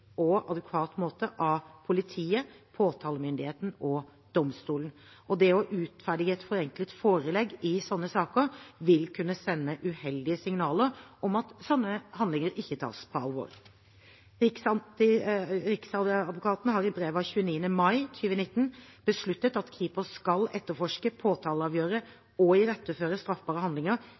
og adekvat måte av politiet, påtalemyndigheten og domstolene. Det å utferdige et forenklet forelegg i slike saker, vil kunne sende uheldige signaler om at slike handlinger ikke tas på alvor. Riksadvokaten har i brev av 29. mai 2019 besluttet at Kripos skal etterforske, påtaleavgjøre og iretteføre straffbare handlinger